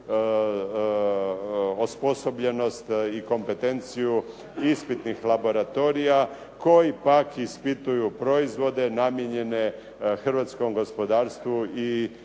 osposobljenost i kompetenciju ispitnih laboratorija koji pak ispituju proizvode namijenjene hrvatskom gospodarstvu i